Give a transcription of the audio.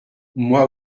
moi